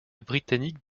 britannique